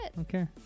Okay